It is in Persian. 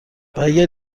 اگر